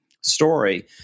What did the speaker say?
story